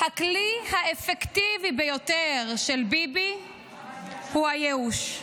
הכלי האפקטיבי ביותר של ביבי הוא הייאוש.